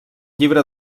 llibre